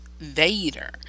Vader